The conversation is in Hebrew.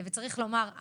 צריך לומר,